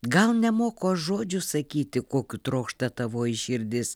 gal nemoku aš žodžių sakyti kokių trokšta tavoji širdis